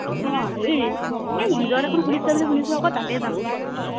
অঁ এই এই ৰিজৰ্ট এখন খুলিছে বুলি শুনিছোঁ আকৌ তাতে যাম বুলি কৈছোঁ আৰু